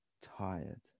tired